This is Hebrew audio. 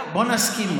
בואו נסכים.